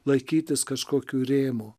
laikytis kažkokių rėmų